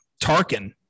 Tarkin